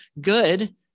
good